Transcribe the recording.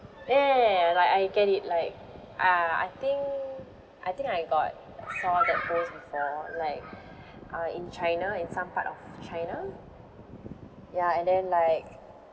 ya ya ya ya ya like I get it like uh I think I think I got saw that post before like uh in China in some part of china ya and then like